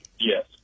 Yes